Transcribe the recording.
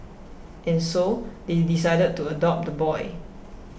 and so they decided to adopt the boy